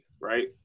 right